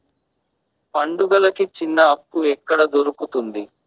పండుగలకి చిన్న అప్పు ఎక్కడ దొరుకుతుంది